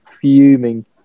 Fuming